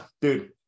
Dude